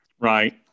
right